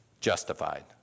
Justified